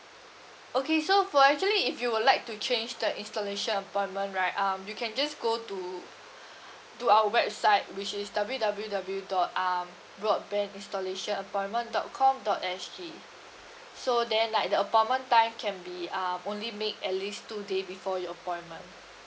okay so for actually if you would like to change the installation appointment right um you can just go to to our website which is W W W dot um broadband installation appointment dot com dot S G so then like the appointment time can be uh only make at least two day before your appointment